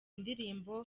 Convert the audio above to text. indirimbo